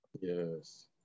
Yes